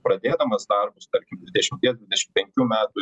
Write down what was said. pradėdamas darbus tarkim dvidešimties dvidešimt penkių metų